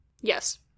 Yes